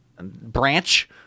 branch